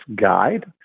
guide